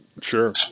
Sure